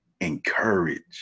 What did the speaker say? Encourage